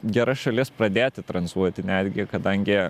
gera šalis pradėti tranzuoti netgi kadangi